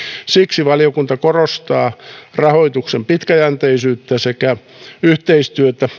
siksi valiokunta korostaa rahoituksen pitkäjänteisyyttä sekä yhteistyötä